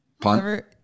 Punt